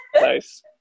Nice